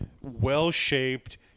well-shaped